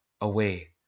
Away